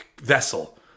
vessel